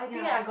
ya